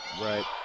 right